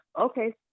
Okay